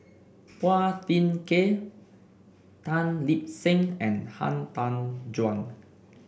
Phua Thin Kiay Tan Lip Seng and Han Tan Juan